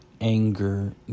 anger